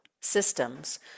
systems